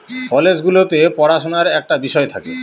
college গুলোতে পড়াশুনার একটা বিষয় থাকে